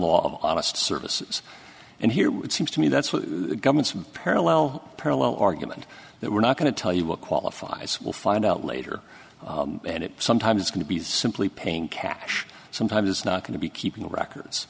law honest services and here it seems to me that's what the government's parallel parallel argument that we're not going to tell you what qualifies we'll find out later and it sometimes is going to be simply paying cash sometimes it's not going to be keeping the records